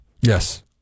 Yes